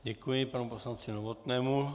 Děkuji panu poslanci Novotnému.